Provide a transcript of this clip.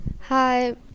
hi